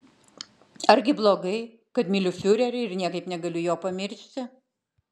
argi blogai kad myliu fiurerį ir niekaip negaliu jo pamiršti